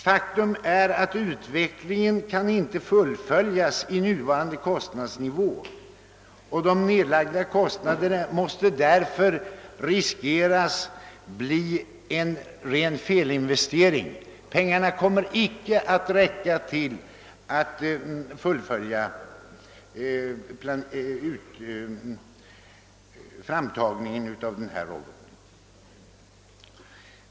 Faktum är att utvecklingen inte kan fullföljas med nuvarande kostnadsnivå, och de nedlagda kostnaderna kan därför bli en ren felinvestering. Pengarna kommer inte att räcka till för att fullfölja framtagningen av den här roboten.